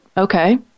Okay